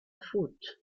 faute